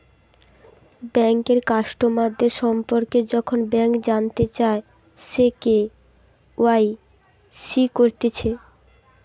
বেঙ্কের কাস্টমারদের সম্পর্কে যখন ব্যাংক জানতে চায়, সে কে.ওয়াই.সি করতিছে